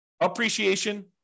appreciation